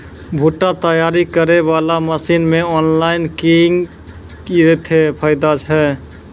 भुट्टा तैयारी करें बाला मसीन मे ऑनलाइन किंग थे फायदा हे?